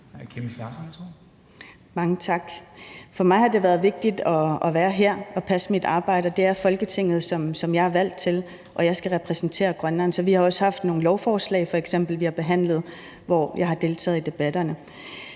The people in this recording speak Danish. Mange tak. For mig har det været vigtigt at være her og passe mit arbejde, og det er Folketinget, som jeg er valgt til. Jeg skal repræsentere Grønland, så vi har f.eks. også haft nogle lovforslag, vi har behandlet, og hvor jeg har deltaget i debatterne.